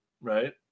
right